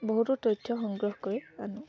বহুতো তথ্য সংগ্ৰহ কৰি আনো